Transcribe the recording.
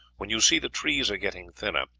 when you see the trees are getting thinner,